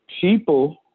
People